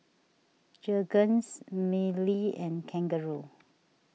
Jergens Mili and Kangaroo